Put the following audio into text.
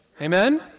Amen